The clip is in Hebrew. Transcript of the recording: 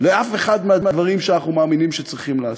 לאף אחד מהדברים שאנחנו מאמינים שצריכים לעשות.